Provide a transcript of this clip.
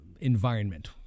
environment